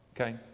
okay